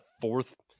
fourth